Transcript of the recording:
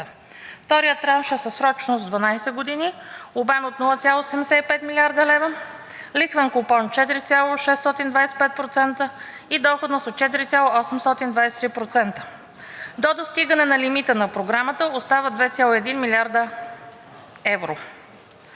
Вторият транш е със срочност от 12 години, обем от 0,75 млрд. лв., лихвен купон 4,625% и доходност от 4,823%. До достигане на лимита на програмата остават 2,1 млрд. евро.